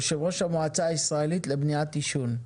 יו"ר המועצה הישראלית למניעת עישון.